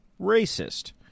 racist